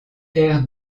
aire